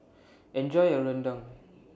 Enjoy your Rendang